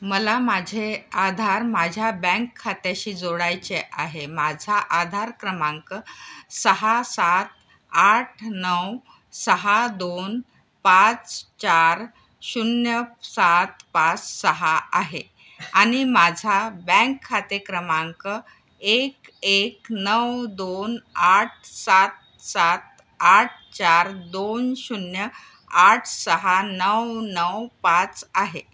मला माझे आधार माझ्या बँक खात्याशी जोडायचे आहे माझा आधार क्रमांक सहा सात आठ नऊ सहा दोन पाच चार शून्य सात पाच सहा आहे आणि माझा बँक खाते क्रमांक एक एक नऊ दोन आठ सात सात आठ चार दोन शून्य आठ सहा नऊ नऊ पाच आहे